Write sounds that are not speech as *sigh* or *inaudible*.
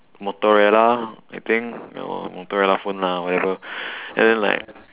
motorola I think no motorola phone lah whatever *breath* and then like